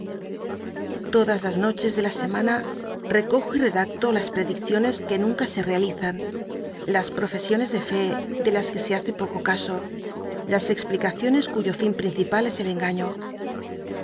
l'odas las noches de la semana recojo y redacto las predicciones que nunca se realizan las profesiones de fé de las que e hace poco caso las explic tc ioncs en yo fin principal es el engaíio